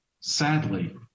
sadly